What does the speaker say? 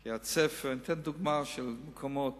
קריית-ספר, אני נותן דוגמה של מקומות